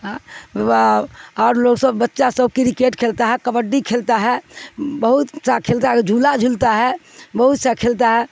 اور لوگ سب بچہ سب کرکٹ کھیلتا ہے کبڈی کھیلتا ہے بہت سا کھیلتا ہے کہ جھولا جھولتا ہے بہت سا کھیلتا ہے